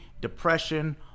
depression